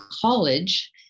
college